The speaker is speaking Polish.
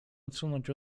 odsunąć